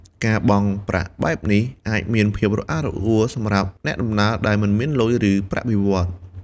ការបង់ប្រាក់បែបនេះមានភាពរអាក់រអួលសម្រាប់អ្នកដំណើរដែលមិនមានលុយ ឬប្រាក់បៀវត្ស។